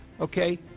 okay